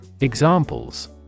Examples